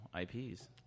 IPs